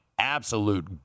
Absolute